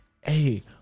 Hey